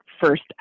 first